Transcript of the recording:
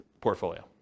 portfolio